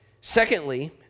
Secondly